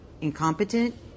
incompetent